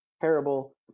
terrible